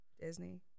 Disney